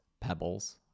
pebbles